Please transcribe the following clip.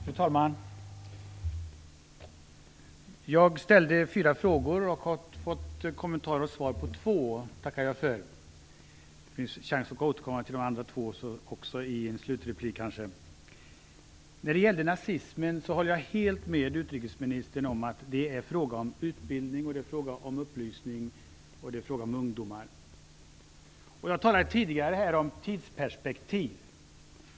Fru talman! Jag ställde fyra frågor och har fått kommentarer och svar på två. Det tackar jag för. Det finns möjlighet att återkomma till de andra två senare. När det gäller nazismen håller jag helt med utrikesministern om att det handlar om att ge utbildning och upplysning till ungdomar. Jag talade i mitt tidigare anförande om tidsperspektiv.